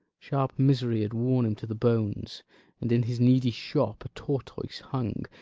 sharp misery had worn him to the bones and in his needy shop a tortoise hung,